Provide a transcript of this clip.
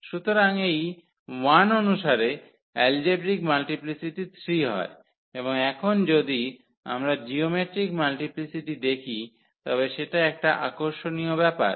সুতরাং এই 1 অনুসারে এলজেব্রিক মাল্টিপ্লিসিটি 3 হয় এবং এখন যদি আমরা জিওমেট্রিক মাল্টিপ্লিসিটি দেখি তবে সেটা একটা আকর্ষণীয় ব্যাপার